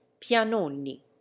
pianoni